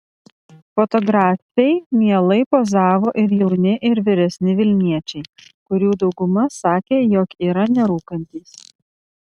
fotografei mielai pozavo ir jauni ir vyresni vilniečiai kurių dauguma sakė jog yra nerūkantys